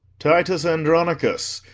titus andronicus,